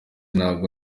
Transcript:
ntabwo